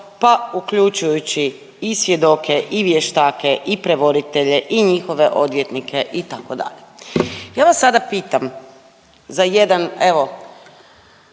pa uključujući i svjedoke i vještače i prevoditelje i njihove odvjetnike, itd. Ja vas sada pitam za jedan, evo,